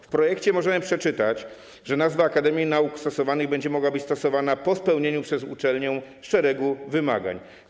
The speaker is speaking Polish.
W projekcie możemy przeczytać, że nazwa: akademia nauk stosowanych będzie mogła być stosowana po spełnieniu przez uczelnię szeregu wymagań.